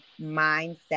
mindset